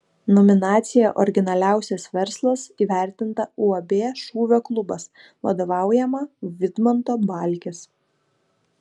nominacija originaliausias verslas įvertinta uab šūvio klubas vadovaujama vidmanto balkės